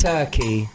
Turkey